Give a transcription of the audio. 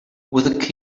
with